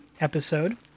episode